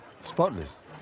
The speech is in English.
Spotless